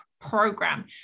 program